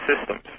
systems